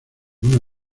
una